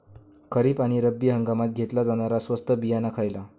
खरीप आणि रब्बी हंगामात घेतला जाणारा स्वस्त बियाणा खयला?